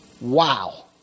Wow